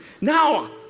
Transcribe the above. now